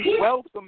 welcome